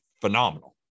phenomenal